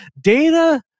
Data